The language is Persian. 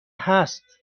هست